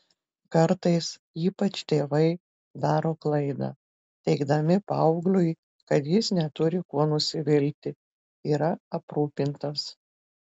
kartais ypač tėvai daro klaidą teigdami paaugliui kad jis neturi kuo nusivilti yra aprūpintas